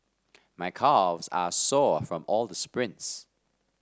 my calves are sore from all the sprints